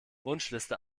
wunschliste